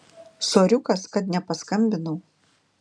soriukas kad nepaskambinau